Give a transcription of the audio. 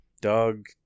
Doug